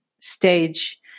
stage